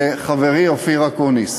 לחברי אופיר אקוניס.